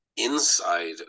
Inside